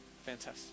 fantastic